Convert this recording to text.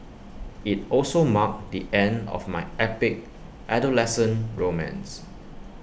IT also marked the end of my epic adolescent romance